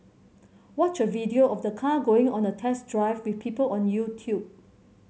watch a video of the car going on a test drive with people on YouTube